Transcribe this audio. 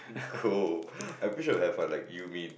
cool I'm sure I will be like you win